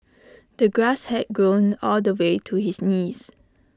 the grass had grown all the way to his knees